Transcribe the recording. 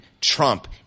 Trump